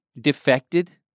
defected